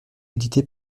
édité